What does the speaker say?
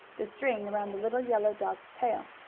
the string around the little yellow dog's tail.